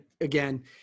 again